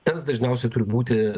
tas dažniausiai tur būti